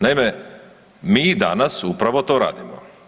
Naime, mi danas upravo to radimo.